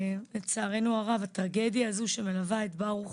לצערנו הרב, הטרגדיה הזאת שמלווה את ברוך